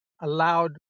allowed